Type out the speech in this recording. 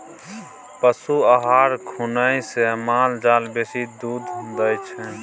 पशु आहार खुएने से माल जाल बेसी दूध दै छै